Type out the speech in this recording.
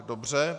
Dobře.